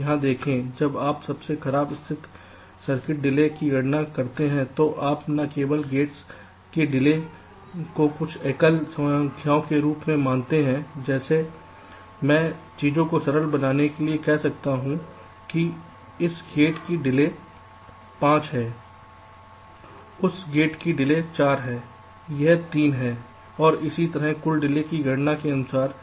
यहां देखें जब आप सबसे खराब स्थिति सर्किट डिले की गणना करते हैं तो आप न केवल गेट्स की डिले को कुछ एकल संख्याओं के रूप में मानते हैं जैसे मैं चीजों को सरल बनाने के लिए कह सकता हूं कि इस Gate की डिले 5 है उस Gate की डिले 4 है यह 3 है और इसी तरह कुल डिले की गणना के अनुसार